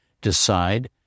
decide